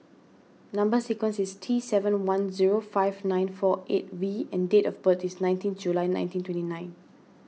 Number Sequence is T seven one zero five nine four eight V and date of birth is nineteen July nineteen twenty nine